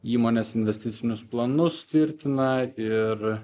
įmonės investicinius planus tvirtina ir